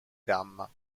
gamma